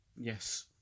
Yes